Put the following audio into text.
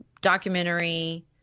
documentary